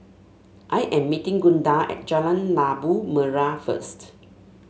I am meeting Gunda at Jalan Labu Merah first